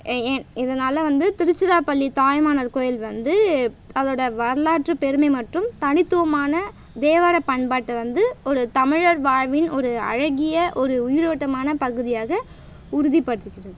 ஏன் இதனால் வந்து திருச்சிராப்பள்ளி தாயுமானவர் கோவில் வந்து அதோடய வரலாற்றுப் பெருமை மற்றும் தனித்துவமான தேவாரப் பண்பாட்டை வந்து ஒரு தமிழர் வாழ்வின் ஒரு அழகிய ஒரு உயிரோட்டமான பகுதியாக உறுதிப்படுத்துகிறது